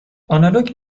آنالوگ